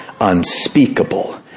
unspeakable